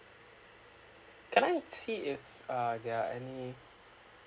can I see if uh there are any